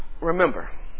Remember